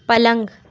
پلنگ